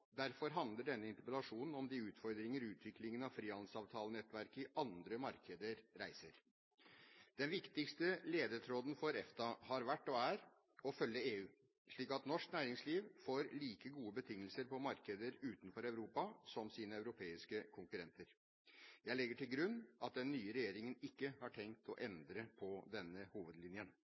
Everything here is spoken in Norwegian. Derfor handler denne interpellasjonen om de utfordringer utviklingen av frihandelsavtalenettverket i andre markeder reiser. Den viktigste ledetråden for EFTA har vært og er å følge EU, slik at norsk næringsliv får like gode betingelser på markeder utenfor Europa som sine europeiske konkurrenter. Jeg legger til grunn at den nye regjeringen ikke har tenkt å endre på denne hovedlinjen.